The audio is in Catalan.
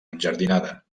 enjardinada